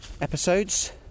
episodes